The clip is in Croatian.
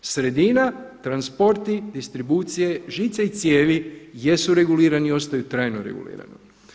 Sredina, transporti, distribucije žice i cijevi jesu regulirani i ostaju trajno regulirani.